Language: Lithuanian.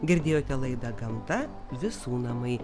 girdėjote laidą gamta visų namai